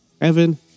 Evan